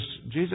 Jesus